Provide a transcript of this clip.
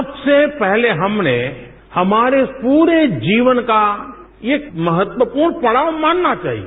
सबसे पहले हमने हमारे प्ररे जीवन का एक महत्वपूर्ण पड़ाव मानना चाहिए